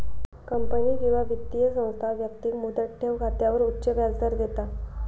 company किंवा वित्तीय संस्था व्यक्तिक मुदत ठेव खात्यावर उच्च व्याजदर देता